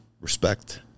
respect